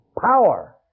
Power